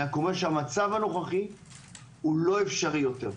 רק אומר שהמצב הנוכחי לא אפשרי יותר.